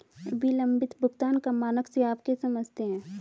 विलंबित भुगतान का मानक से आप क्या समझते हैं?